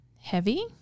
heavy